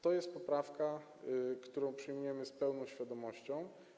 To jest poprawka, którą przyjmujemy z pełną świadomością.